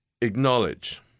acknowledge